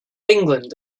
england